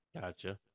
Gotcha